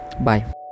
bye